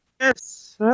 Yes